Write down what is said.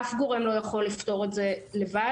אף גורם לא יכול לפתור את זה לבד,